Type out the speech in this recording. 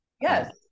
yes